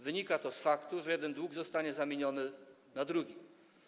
Wynika to z faktu, że jeden dług zostanie zamieniony na drugi.